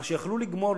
מה שיכלו לגמור,